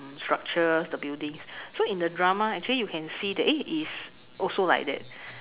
structures the buildings so in the drama actually you can see that eh it is also like that